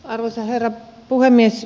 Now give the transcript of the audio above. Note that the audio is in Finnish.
arvoisa herra puhemies